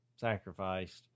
sacrificed